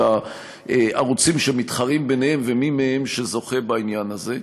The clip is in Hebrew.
של הערוצים שמתחרים ביניהם ומי מהם שזוכה בעניין הזה.